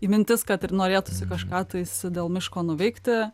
mintis kad ir norėtųsi kažką tais dėl miško nuveikti